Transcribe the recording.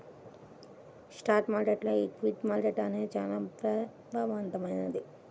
stock మార్కెట్టులో equity market అనేది చానా ప్రభావవంతమైంది